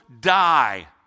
die